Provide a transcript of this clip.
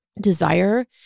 desire